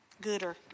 gooder